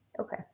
Okay